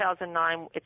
2009